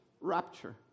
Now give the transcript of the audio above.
rapture